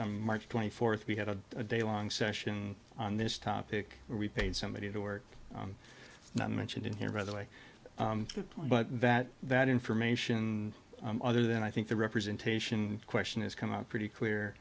march twenty fourth we had a day long session on this topic we paid somebody to work not mentioned in here by the way but that that information other than i think the representation question is come up pretty clear